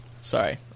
Sorry